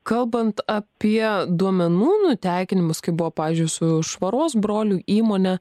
kalbant apie duomenų nutekinimus kaip buvo pavyzdžiui su švaros brolių įmone